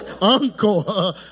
uncle